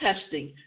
testing